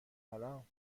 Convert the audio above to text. سلام